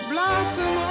Blossom